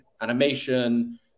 animation